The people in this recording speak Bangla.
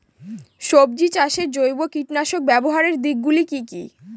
সবজি চাষে জৈব কীটনাশক ব্যাবহারের দিক গুলি কি কী?